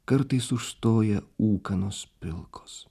kartais užstoja ūkanos pilkos